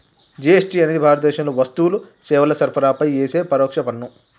GST అనేది భారతదేశంలో వస్తువులు, సేవల సరఫరాపై యేసే పరోక్ష పన్ను